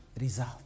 result